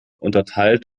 unterteilt